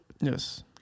Yes